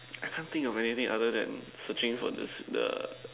I can't think of anything other than searching for this the